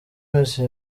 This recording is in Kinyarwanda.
wese